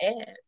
ads